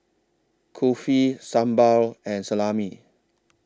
Kulfi Sambar and Salami